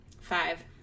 five